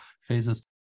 phases